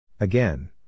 Again